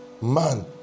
man